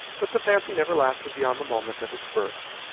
but the fancy never lasted beyond the moment of its birth.